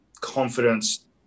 confidence